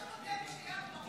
רק רגע.